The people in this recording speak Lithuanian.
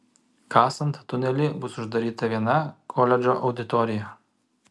kasant tunelį bus uždaryta viena koledžo auditorija